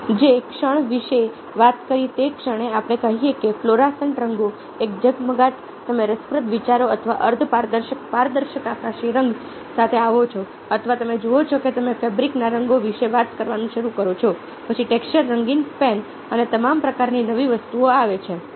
મેં જે ક્ષણ વિશે વાત કરી તે ક્ષણે આપણે કહીએ કે ફ્લોરોસન્ટ રંગો એક ઝગમગાટ તમે રસપ્રદ વિચારો અથવા અર્ધપારદર્શક પારદર્શક આકાશી રંગ સાથે આવો છો અથવા તમે જુઓ છો કે તમે ફેબ્રિકના રંગો વિશે વાત કરવાનું શરૂ કરો છો પછી ટેક્સચર રંગીન પેન અને તમામ પ્રકારની નવી વસ્તુઓ આવે છે